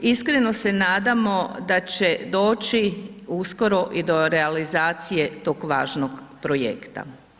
Iskreno se nadamo da će doći uskoro i do realizacije tog važnog projekta.